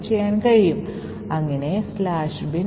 ഇത് ചെയ്തുകഴിഞ്ഞാൽ നമുക്ക് എക്സിക്യൂട്ടബിൾ a